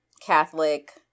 Catholic